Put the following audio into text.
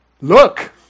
Look